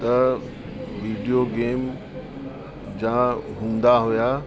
त video game जा हूंदा हुया